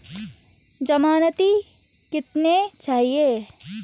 ज़मानती कितने चाहिये?